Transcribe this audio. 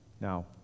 Now